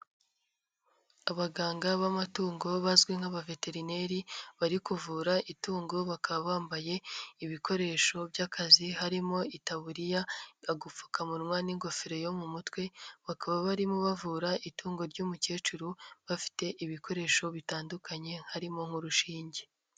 Abaganga b'amatungo bazwi nk'abaveterineri, bari kuvura itungo, bakaba bambaye ibikoresho by'akazi, harimo itaburiya, agapfukamunwa n'ingofero yo mu mutwe, bakaba barimo bavura itungo ry'umukecuru, bafite ibikoresho bitandukanye, harimo nk'urushinge.